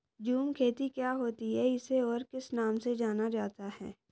झूम खेती क्या होती है इसे और किस नाम से जाना जाता है?